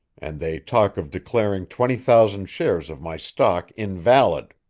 and they talk of declaring twenty thousand shares of my stock invalid.